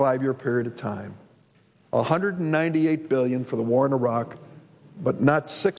five year period of time one hundred ninety eight billion for the war in iraq but not sick